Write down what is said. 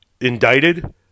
indicted